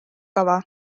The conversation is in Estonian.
kava